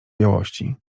białości